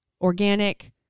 organic